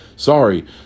Sorry